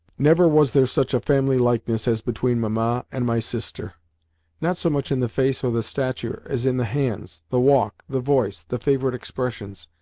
never was there such a family likeness as between mamma and my sister not so much in the face or the stature as in the hands, the walk, the voice, the favourite expressions,